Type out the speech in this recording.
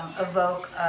evoke